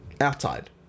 outside